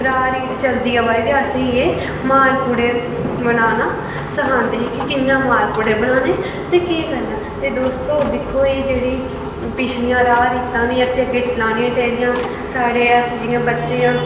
उप्परा रीत चलदी अवा दी ते असेंई एह् मालपुड़े बनाना सखांदे हे के कियां मालपुड़े बनाने ते केह् करना ते दोस्तो दिक्खो एह् जेह्ड़ी पिछलियां राह् रीतां न उनें असैं अगेगै चलानियां चाही दियां साढ़े अस जि'यां बच्चे आं